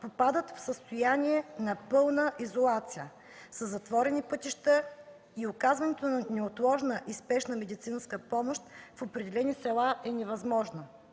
попадат в състояние на пълна изолация – със затворени пътища, и оказването на неотложна и спешна медицинска помощ в определени села е невъзможно.